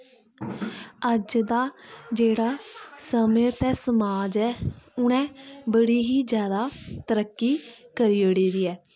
अज्ज दा जेह्ड़ा समें ते समाज ऐ उ'नें बड़ी ही जैदा तरक्की करी ओड़ी दी ऐ